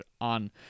on